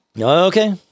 okay